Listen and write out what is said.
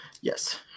Yes